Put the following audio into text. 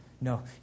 No